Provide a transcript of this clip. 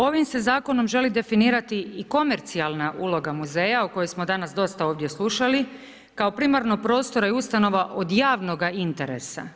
Ovim se Zakonom želi definirati i komercijalna uloga muzeja o kojoj smo danas dosta ovdje slušali, kao primarno prostora i ustanova od javnoga interesa.